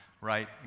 Right